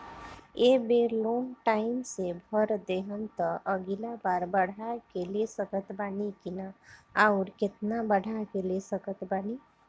ए बेर loan time से भर देहम त अगिला बार बढ़ा के ले सकत बानी की न आउर केतना बढ़ा के ले सकत बानी?